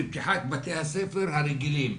לפתיחת בתי הספר הרגילים.